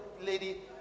lady